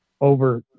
over